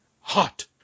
hot